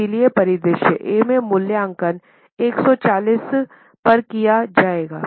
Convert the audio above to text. इसलिए परिदृश्य ए में मूल्यांकन 140 लाख पर किया जाएगा